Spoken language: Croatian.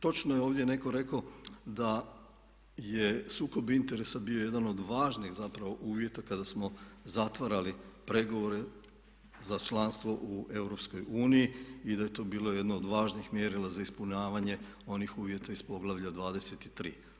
Točno je ovdje netko rekao da je sukob interesa bio jedan od važnih zapravo uvjeta kada smo zatvarali pregovore za članstvo u EU i da je to bilo jedno od važnih mjerila za ispunjavanje onih uvjeta iz Poglavlja 23.